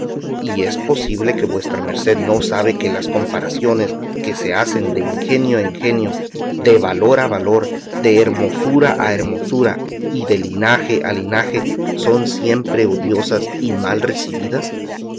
y es posible que vuestra merced no sabe que las comparaciones que se hacen de ingenio a ingenio de valor a valor de hermosura a hermosura y de linaje a linaje son siempre odiosas y mal recebidas